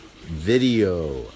video